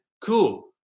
Cool